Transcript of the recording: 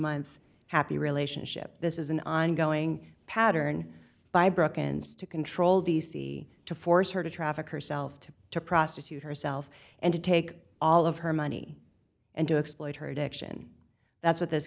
month happy relationship this is an ongoing pattern by broken zte to control d c to force her to traffic herself to to prostitute herself and to take all of her money and to exploit her diction that's with this